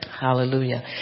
Hallelujah